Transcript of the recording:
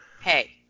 Hey